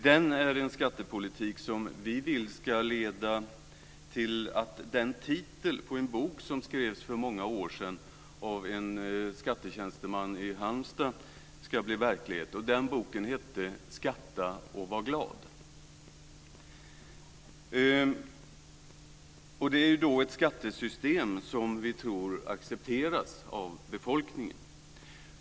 Den är en skattepolitik som vi vill ska leda till att titeln på en bok som skrevs för många år sedan av en skattetjänsteman i Halmstad ska bli verklighet. Den boken hette Skatta och var glad. Det är då ett skattesystem som vi tror accepteras av befolkningen.